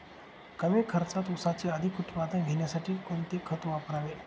कमी खर्चात ऊसाचे अधिक उत्पादन घेण्यासाठी कोणते खत वापरावे?